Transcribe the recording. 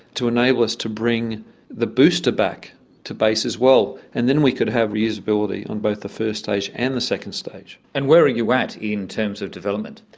to enable us to bring the booster back to base as well, and then we could have reusability on both the first stage and the second stage. and where are you at in terms of development?